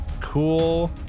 cool